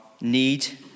need